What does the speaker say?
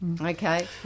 Okay